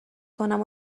کنم